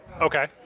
Okay